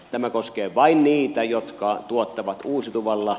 tämä koskee vain niitä jotka tuottavat uusiutuvalla